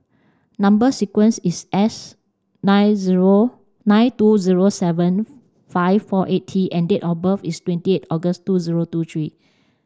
number sequence is S nine nine two zero seven five four eight T and date of birth is twenty eight August two zero two three